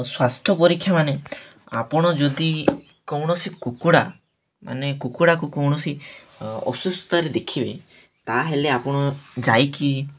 ସ୍ୱାସ୍ଥ୍ୟ ପରୀକ୍ଷା ମାନେ ଆପଣ ଯଦି କୌଣସି କୁକୁଡ଼ା ମାନେ କୁକୁଡ଼ାକୁ କୌଣସି ଅସୁସ୍ଥତାରେ ଦେଖିବେ ତା'ହେଲେ ଆପଣ ଯାଇକି